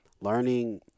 learning